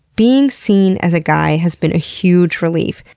being seen as a guy has been a huge relief,